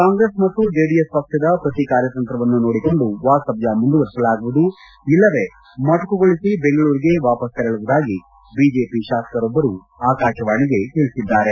ಕಾಂಗ್ರೆಸ್ ಮತ್ತು ಜೆಡಿಎಸ್ ಪಕ್ಷದ ಪ್ರತಿ ಕಾರ್ಯತಂತ್ರವನ್ನು ನೋಡಿಕೊಂಡು ವಾಸ್ತವ್ಯ ಮುಂದುವರೆಸಲಾಗುವುದು ಇಲ್ಲವೇ ಮೊಟಕುಗೊಳಿಸಿ ಬೆಂಗಳೂರಿಗೆ ವಾಪಸ್ ತೆರಳುವುದಾಗಿ ಬಿಜೆಪಿ ಶಾಸಕರೊಬ್ಲರು ಆಕಾಶವಾಣಿಗೆ ತಿಳಿಸಿದ್ದಾರೆ